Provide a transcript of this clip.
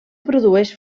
produeix